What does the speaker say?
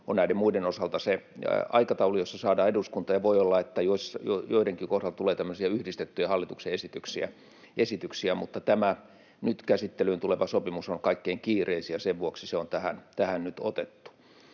on näiden muiden osalta se aikataulu, jossa ne saada eduskuntaan, ja voi olla, että joidenkin kohdalla tulee yhdistettyjä hallituksen esityksiä. Tämä nyt käsittelyyn tuleva sopimus on kaikkein kiireisin, ja sen vuoksi se on tähän nyt otettu.